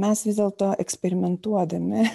mes vis dėlto eksperimentuodami